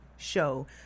show